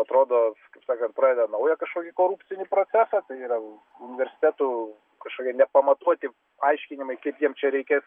atrodo kaip sakant pradeda naują kažkokį korupcinį procesą tai yra universitetų kažkokie nepamatuoti aiškinimai kaip jiem čia reikės